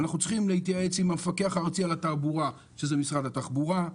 אנחנו צריכים להתייעץ עם המפקח הארצי על התעבורה זה משרד התחבורה,